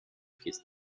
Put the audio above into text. his